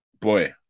Boy